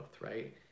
right